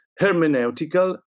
hermeneutical